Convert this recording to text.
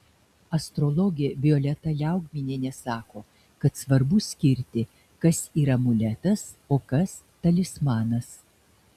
astrologė violeta liaugminienė sako kad svarbu skirti kas yra amuletas o kas talismanas